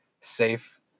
safe